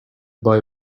boy